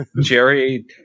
Jerry